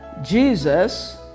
Jesus